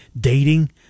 dating